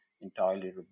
entirely